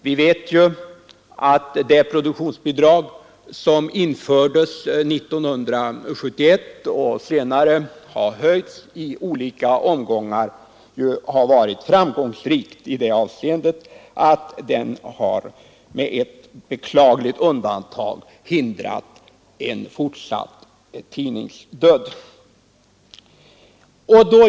Det produktionsbidrag som infördes 1971 och senare har ökats i olika omgångar har ju varit framgångsrikt i det avseendet att det har — med ett beklagligt undantag — hindrat en fortsatt tidningsdöd.